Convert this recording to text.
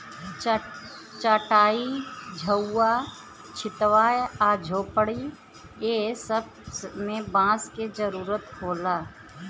चाटाई, झउवा, छित्वा आ झोपड़ी ए सब मे बांस के जरुरत होला